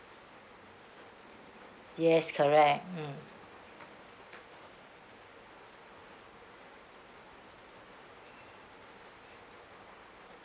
yes correct mm